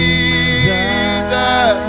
Jesus